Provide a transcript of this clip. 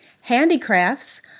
Handicrafts